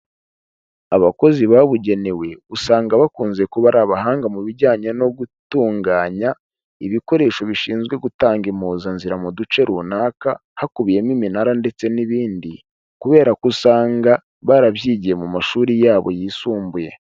Abakozi babugenewe usanga bakunze kuba ari abahanga mu bijyanye no gutunganya ibikoresho bishinzwe gutanga impuzanzira mu duce runaka, hakubiyemo iminara ndetse n'ibindi kubera ko usanga barabyigiye mu mashuri yabo yisumbuye.